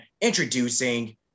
introducing